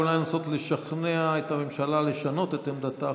ואולי לנסות לשכנע את הממשלה לשנות את עמדתה,